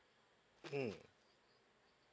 mm